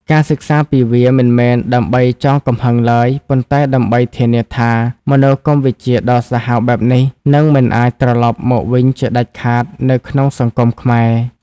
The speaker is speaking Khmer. ការសិក្សាពីវា មិនមែនដើម្បីចងកំហឹងឡើយ ប៉ុន្តែដើម្បីធានាថា មនោគមវិជ្ជាដ៏សាហាវបែបនេះ នឹងមិនអាចត្រលប់មកវិញជាដាច់ខាតនៅក្នុងសង្គមខ្មែរ។